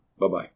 Bye-bye